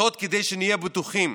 זאת כדי שנהיה בטוחים